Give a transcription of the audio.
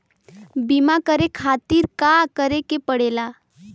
बीमा करे खातिर का करे के पड़ेला?